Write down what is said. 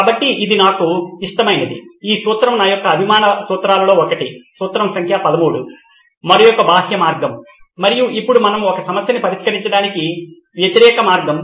కాబట్టి ఇది నాకు ఇష్టమైనది ఈసూత్రం నా యొక్క అభిమాన సూత్రాలలో ఒకటి సూత్రం సంఖ్య 13 మరొక బాహ్య మార్గం మరియు ఇక్కడ మనము ఒక సమస్యను పరిష్కరించడానికి వ్యతిరేకం